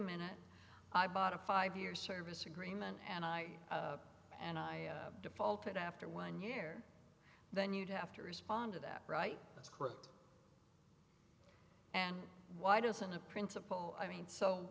minute i bought a five year service agreement and i and i defaulted after one year then you'd have to respond to that right that's correct and why doesn't the principle i mean so